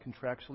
contractually